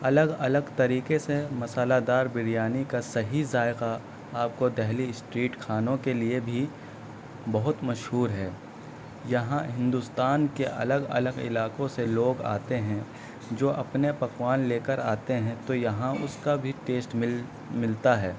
الگ الگ طریقے سے مصالحہ دار بریانی کا صحیح ذائقہ آپ کو دہلی اسٹریٹ کھانوں کے لیے بھی بہت مشہور ہے یہاں ہندوستان کے الگ الگ علاقوں سے لوگ آتے ہیں جو اپنے پکوان لے کر آتے ہیں تو یہاں اس کا بھی ٹیسٹ مل ملتا ہے